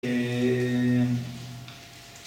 המממ...